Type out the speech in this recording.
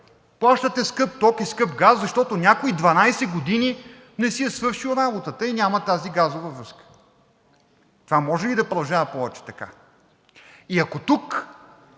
Плащате скъп ток и скъп газ, защото някой 12 години не си е свършил работата и няма тази газова връзка. Това може ли да продължава повече така?! И ако тук